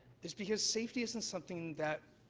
is because safety isn't something that